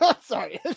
Sorry